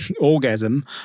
orgasm